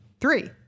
Three